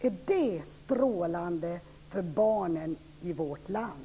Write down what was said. Är det strålande för barnen i vårt land?